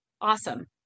awesome